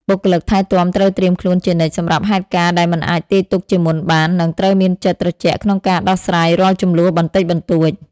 បុគ្គលិកថែទាំត្រូវត្រៀមខ្លួនជានិច្ចសម្រាប់ហេតុការណ៍ដែលមិនអាចទាយទុកជាមុនបាន និងត្រូវមានចិត្តត្រជាក់ក្នុងការដោះស្រាយរាល់ជម្លោះបន្តិចបន្តួច។